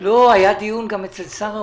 לא, היה דיון גם אצל שר האוצר.